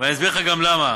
ואני אסביר לך גם למה,